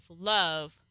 love